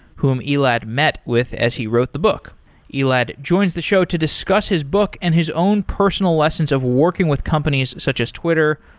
whom elad met with as he wrote the book elad joins the show to discuss his book and his own personal lessons of working with companies such as twitter,